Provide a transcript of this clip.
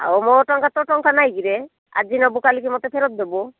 ଆଉ ମୋ ଟଙ୍କା ତୋ ଟଙ୍କା ନାହିଁ କିରେ ଆଜି ନବୁ କାଲିକି ମତେ ଫେରେଇ ଦବୁ